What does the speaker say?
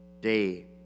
day